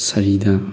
ꯁꯍꯤꯗꯥ